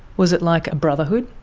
was it like a brotherhood?